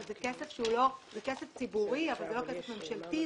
זה כסף ציבורי אבל זה לא כסף ממשלתי.